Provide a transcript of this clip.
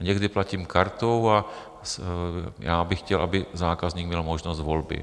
Někdy platím kartou a já bych chtěl, aby zákazník měl možnost volby.